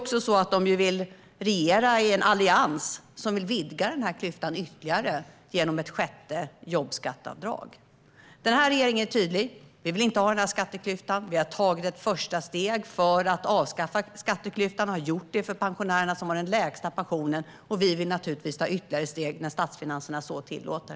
Kristdemokraterna vill regera i en allians som vill vidga klyftan ytterligare genom ett sjätte jobbskatteavdrag. Den här regeringen är tydlig. Vi vill inte ha denna skatteklyfta. Vi har tagit ett första steg för att avskaffa den. Vi har gjort det för de pensionärer som har den lägsta pensionen, och vi vill naturligtvis ta ytterligare steg när statsfinanserna så tillåter.